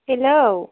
hello